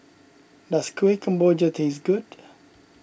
does Kueh Kemboja taste good